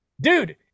dude